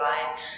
lives